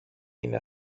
είναι